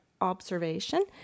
observation